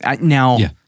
now